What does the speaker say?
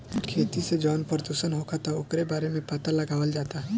खेती से जवन प्रदूषण होखता ओकरो बारे में पाता लगावल जाता